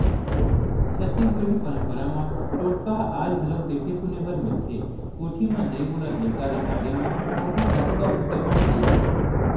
छत्तीसगढ़ी पंरपरा म टोटका ह आज घलोक देखे सुने बर मिलथे कोठी म नइ बोलत लइका ल डाले म ओखर बक्का फूटे बर धर लेथे